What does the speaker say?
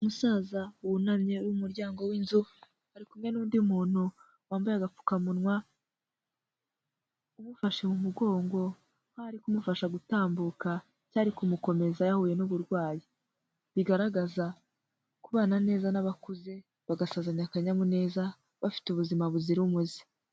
Umusaza wunamye uri mu muryango w'inzu, ari kumwe n'undi muntu wambaye agapfukamunwa umufashe mu mugongo nkaho ari kumufasha gutambuka cya ari kumukomeza yahuye n'uburwayi. Bigaragaza kubana neza n'abakuze bagasazanya akanyamuneza bafite ubuzima buzira umuze.